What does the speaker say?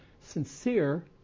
sincere